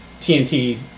tnt